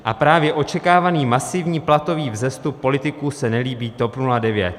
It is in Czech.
A právě očekávaný masivní platový vzestup politiků se nelíbí TOP 09.